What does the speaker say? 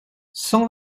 cent